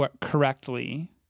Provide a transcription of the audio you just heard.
correctly